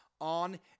on